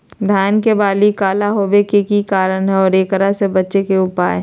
धान के बाली काला होवे के की कारण है और एकरा से बचे के उपाय?